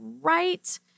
right